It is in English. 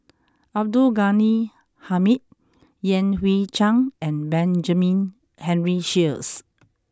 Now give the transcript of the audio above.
Abdul Ghani Hamid Yan Hui Chang and Benjamin Henry Sheares